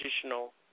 traditional